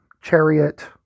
Chariot